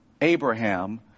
Abraham